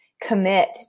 commit